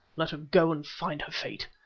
let her go and find her fate.